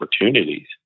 opportunities